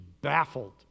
baffled